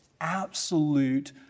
absolute